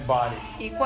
body